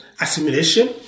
assimilation